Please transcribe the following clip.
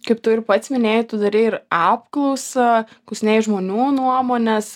kaip tu ir pats minėjai tu darei ir apklausą klausinėjai žmonių nuomonės